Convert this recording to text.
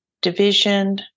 division